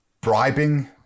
bribing